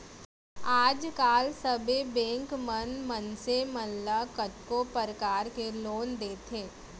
आज काल सबे बेंक मन मनसे मन ल कतको परकार के लोन देथे